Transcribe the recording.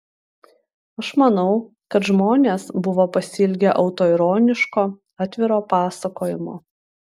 aš manau kad žmonės buvo pasiilgę autoironiško atviro pasakojimo